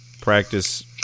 practice